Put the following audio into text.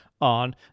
on